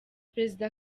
perezida